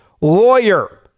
lawyer